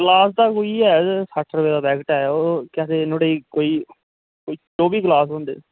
गलास ते कोई ऐ सट्ठ रपेऽ दा पैकेट ऐ ओह् केह् आखदे नुहाड़े ई कोई कोई चौबी गलास होंदे